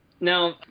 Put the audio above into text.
Now